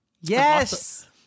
Yes